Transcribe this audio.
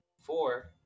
four